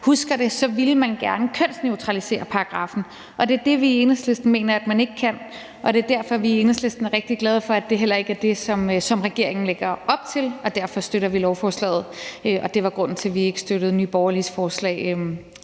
husker det, ville man gerne kønsneutralisere paragraffen, og det er det, vi i Enhedslisten mener at man ikke kan, og det er derfor, at vi i Enhedslisten er rigtig glade for, at det heller ikke er det, som regeringen lægger op til, og derfor støtter vi lovforslaget. Det var grunden til, at vi ikke støttede Nye Borgerliges forslag